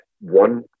one